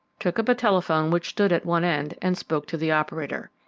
took up a telephone which stood at one end, and spoke to the operator.